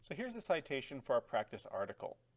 so here's a citation for a practice article.